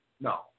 No